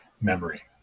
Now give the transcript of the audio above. memory